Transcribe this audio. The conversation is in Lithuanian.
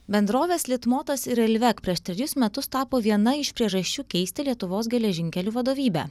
bendrovės litmotas ir railvec prieš trejus metus tapo viena iš priežasčių keisti lietuvos geležinkelių vadovybę